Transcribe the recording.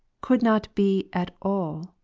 could not be at all,